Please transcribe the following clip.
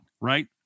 right